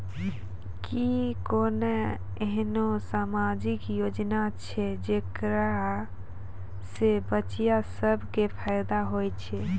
कि कोनो एहनो समाजिक योजना छै जेकरा से बचिया सभ के फायदा होय छै?